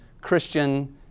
Christian